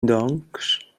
doncs